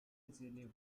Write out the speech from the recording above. easily